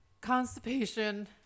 Constipation